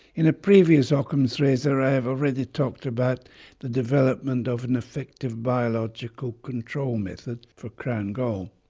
in a previous ockham's razor, i have already talked about the development of an effective biological control method for crown gall.